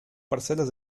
parcelas